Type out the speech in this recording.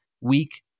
week